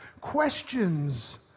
Questions